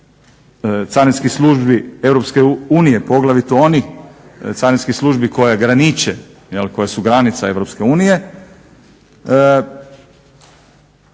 carinskih službi Europske unije, poglavito onih carinskih službi koje graniče, koje su granica Europske unije.